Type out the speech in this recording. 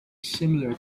similar